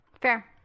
Fair